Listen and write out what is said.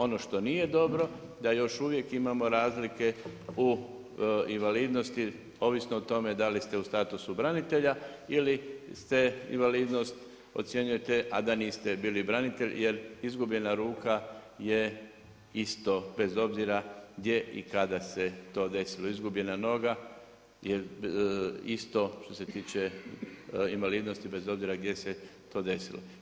Ono što nije dobro, da još uvijek imamo razlike u invalidnosti, ovisno o tome da li ste u statusu branitelja ili ste invalidnost ocjenjujete, a da niste bili branitelj jer izgubljena ruka je isto bez obzira gdje i kada se to desilo, izgubljena noga je isto što se tiče invalidnost bez obzira gdje se to desilo.